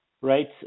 Right